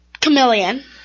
Chameleon